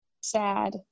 sad